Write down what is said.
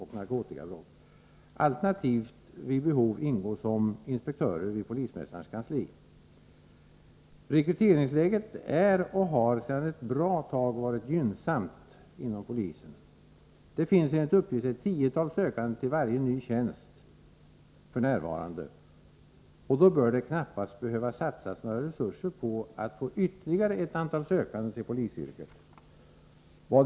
och; narkotikabrott, alternativt vid behoy ingå, somiinspektörer vid polismästarens kansli 1 RES RA sadan ettbratag varit; rarssmtingstpala Det finnsenligt. uppgift fin. ett tiotal sökande till varje ny tjänst. Då bör det knappast behöva satsas några.tesurser påatt få ytterligare ett antal sökande; till polisyrket.